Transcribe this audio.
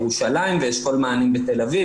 בירושלים, ואשכול מענים בתל-אביב.